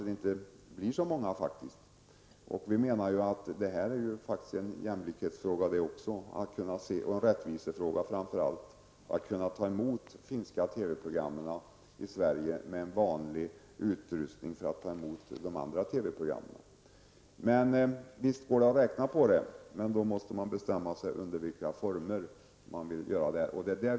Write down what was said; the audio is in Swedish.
Detta är ju faktiskt en jämlikhets och rättvisefråga också, att kunna ta emot finska TV-program i Sverige med en vanlig utrustning som kan ta emot de andra TV Visst går det att räkna på detta, men då måste man bestämma sig för under vilka former man vill göra det.